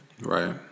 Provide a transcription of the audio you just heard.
Right